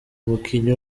umukinnyi